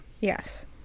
Yes